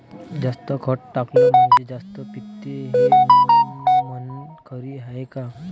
जास्त खत टाकलं म्हनजे जास्त पिकते हे म्हन खरी हाये का?